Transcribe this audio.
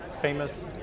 famous